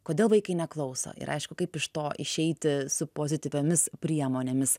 kodėl vaikai neklauso ir aišku kaip iš to išeiti su pozityviomis priemonėmis